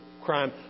crime